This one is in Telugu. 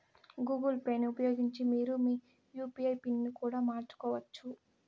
గూగుల్ పేని ఉపయోగించి మీరు మీ యూ.పీ.ఐ పిన్ ని కూడా మార్చుకోవచ్చు